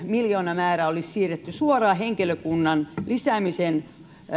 miljoonamäärä olisi siirretty suoraan henkilökunnan lisäämiseen